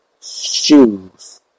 Shoes